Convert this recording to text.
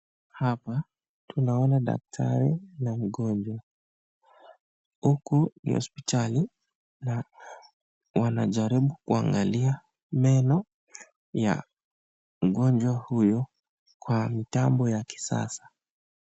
Hapa tunaona daktari na mgonjwa. Huku hospitali wanajaribu kuangalia meno ya mgonjwa huyo kwa mitambo ya kisasa.